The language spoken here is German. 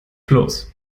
bloß